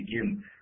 begin